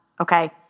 Okay